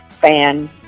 fan